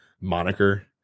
moniker